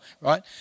right